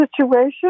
situation